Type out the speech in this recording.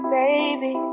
baby